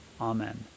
Amen